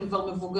הם כבר מבוגרים,